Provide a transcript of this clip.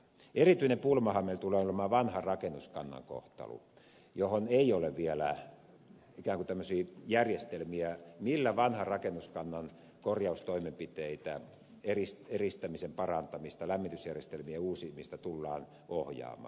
erityinen pulmahan meille tulee olemaan vanhan rakennuskannan kohtalo johon ei ole vielä ikään kuin tämmöisiä järjestelmiä millä vanhan rakennuskannan korjaustoimenpiteitä eristämisen parantamista lämmitysjärjestelmien uusimista tullaan ohjaamaan